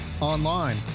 online